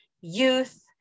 youth